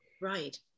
Right